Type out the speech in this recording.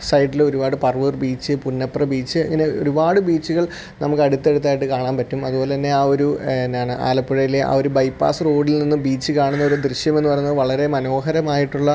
സൈഡിൽ ഒരുപാട് Paravur beach Punnapra beach ഇങ്ങനെ ഒരുപാട് ബീച്ചുകൾ നമുക്ക് അടുത്തടുത്തായിട്ട് കാണാൻ പറ്റും അതുപോലെ തന്നെ ആ ഒരു എന്നാണ് ആലപ്പുഴയിലെ ആ ഒരു ബൈപാസ് റോഡിൽ നിന്നും ബീച്ച് കാണുന്ന ഒരു ദൃശ്യമെന്ന് പറയുന്നത് വളരെ മനോഹരമായിട്ടുളള